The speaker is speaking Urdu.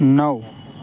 نو